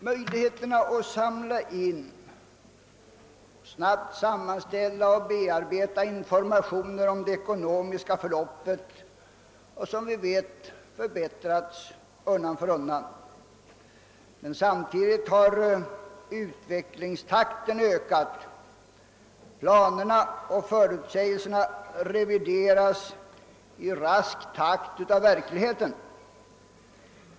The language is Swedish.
Möjligheterna att samla in, snabbt sammanställa och bearbeta informationer om det ekonomiska förloppet har, som vi vet, förbättrats undan för undan. Men samtidigt har utvecklingstakten ökat; planerna och förutsägelserna revideras i rask takt av verkligheten.